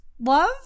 love